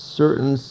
certain